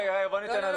רגע, בוא ניתן לה לדבר.